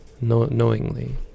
knowingly